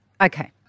okay